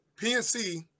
PNC